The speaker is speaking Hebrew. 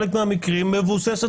אסור לגלות סודות מדינה.